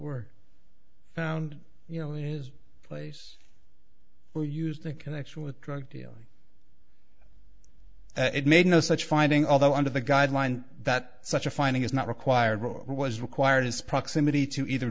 were found you know in his place were used to connection with drug dealing it made no such finding although under the guideline that such a finding is not required what was required is proximity to either